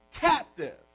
captive